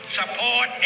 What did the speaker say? support